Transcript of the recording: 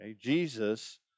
Jesus